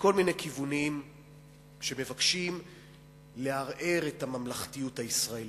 מכל מיני כיוונים שמבקשים לערער את הממלכתיות הישראלית.